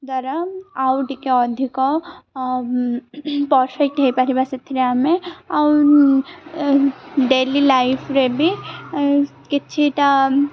ଦ୍ୱାରା ଆଉ ଟିକେ ଅଧିକ ପରଫେକ୍ଟ ହେଇପାରିବା ସେଥିରେ ଆମେ ଆଉ ଡେଲି ଲାଇଫ୍ରେ ବି କିଛିଟା